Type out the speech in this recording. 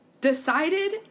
Decided